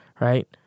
right